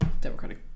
democratic